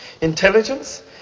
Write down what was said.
intelligence